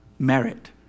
Merit